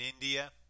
India